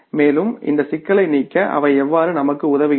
மேலும் இந்த சிக்கலை நீக்க அவை எவ்வாறு நமக்கு உதவுகின்றன